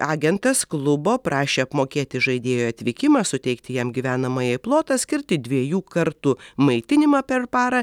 agentas klubo prašė apmokėti žaidėjo atvykimą suteikti jam gyvenamąjį plotą skirti dviejų kartų maitinimą per parą